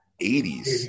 80s